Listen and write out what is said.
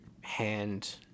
hand